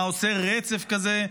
מה עושה רצף כזה,